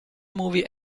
movie